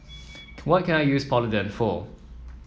what can I use Polident for